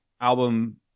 album